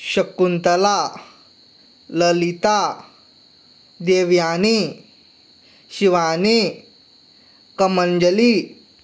Shakuntala Lalita Devyani Shivani Kamanjali